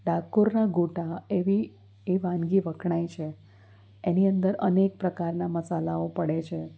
ડાકોરના ગોટા એવી એ વાનગી વખણાય છે એની અંદર અનેક પ્રકારના મસાલાઓ પડે છે